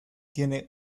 tiene